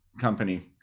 company